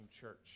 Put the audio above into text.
church